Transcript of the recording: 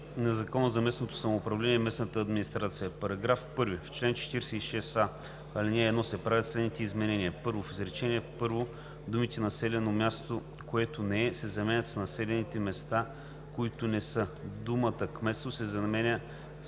Закона за местното самоуправление и местната администрация § 1. В чл. 46а, ал. 1 се правят следните изменения: 1. В изречение първо думите „населено място, което не е“ се заменят с „населените места, които не са“, думата „кметство“ се заменя